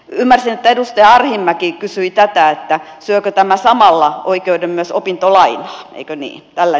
ymmärsin että edustaja arhinmäki kysyi tätä syökö tämä samalla oikeuden myös opintolainaan eikö niin